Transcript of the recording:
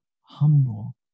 humble